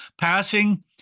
passing